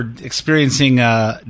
experiencing